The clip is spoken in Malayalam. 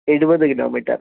എഴുപത് കിലോമീറ്റർ